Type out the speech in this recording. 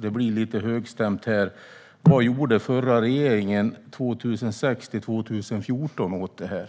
det blir lite högstämt här: Vad gjorde förra regeringen åt det här 2006-2014?